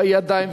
בידיים,